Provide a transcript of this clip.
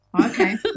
Okay